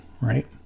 right